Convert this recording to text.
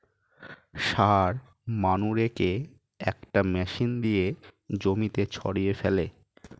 সার মানুরেকে একটা মেশিন দিয়ে জমিতে ছড়িয়ে ফেলে